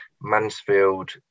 mansfield